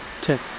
ten